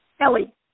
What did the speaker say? Ellie